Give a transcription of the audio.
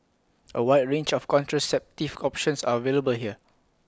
A wide range of contraceptive options are available here